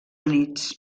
units